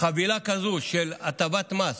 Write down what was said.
חבילה כזו של הטבת מס,